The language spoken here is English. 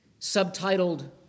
subtitled